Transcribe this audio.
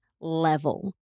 level